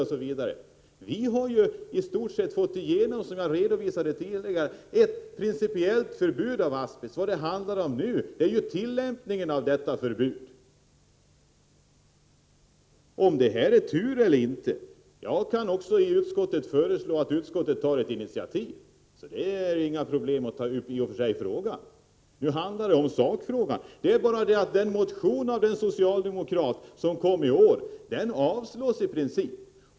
Som jag redan tidigare redovisade har vi fått igenom ett principellt förbud mot asbest. Nu handlar det om tillämpningen av detta förbud. Jag vet inte om det är tur eller inte. Också jag kan i utskottet föreslå att utskottet tar ett initiativ. Det är ingen konst att ta upp frågan. Men nu handlar det om sakfrågan. Den motion som i år väcktes av en socialdemokrat avstyrks i princip.